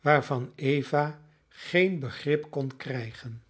waarvan eva geen begrip kon krijgen